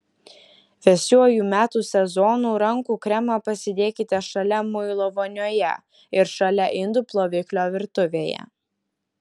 vėsiuoju metų sezonu rankų kremą pasidėkite šalia muilo vonioje ir šalia indų ploviklio virtuvėje